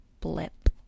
blip